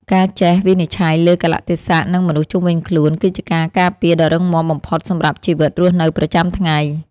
ការចេះវិនិច្ឆ័យលើកាលៈទេសៈនិងមនុស្សជុំវិញខ្លួនគឺជាការការពារដ៏រឹងមាំបំផុតសម្រាប់ជីវិតរស់នៅប្រចាំថ្ងៃ។